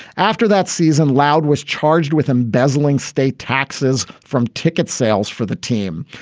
after that season, leod was charged with embezzling state taxes from ticket sales for the team.